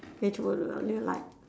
which would like